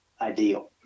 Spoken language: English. ideal